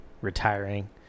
retiring